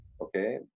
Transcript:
Okay